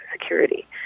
Security